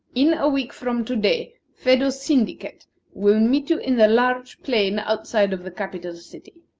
in a week from to-day, phedo's syndicate will meet you in the large plain outside of the capital city.